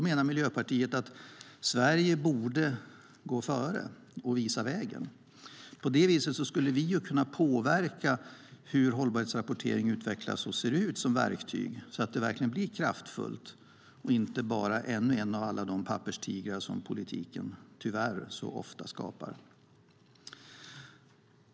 Miljöpartiet menar att Sverige borde gå före och visa vägen. På det viset skulle vi kunna påverka hur hållbarhetsrapportering utvecklas och ser ut som verktyg så att det blir kraftfullt och inte bara ännu en av alla de papperstigrar som politiken tyvärr ofta skapar.